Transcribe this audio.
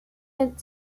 large